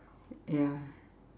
ya